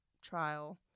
trial